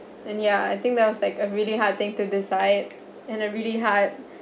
and ya I think that was like a really hard thing to decide and a really hard